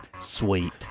Sweet